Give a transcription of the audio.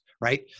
Right